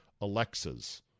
Alexas